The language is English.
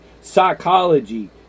psychology